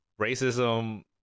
racism